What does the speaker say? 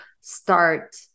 start